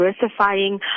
diversifying